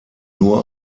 nur